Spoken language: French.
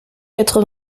quatre